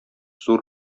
зур